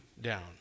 down